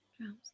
Drums